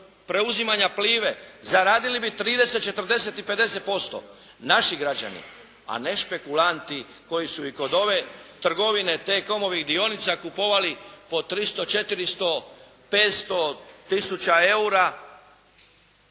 preuzimanja Pliva-e. Zaradili bi 30, 40 i 50%. Naši građani. A ne špekulanti koji su i kod ove trgovine T-Com-ovih dionica kupovali po 300, 400, 500 tisuća